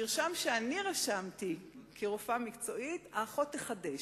את המרשם שאני רשמתי כרופאה מקצועית, האחות תחדש.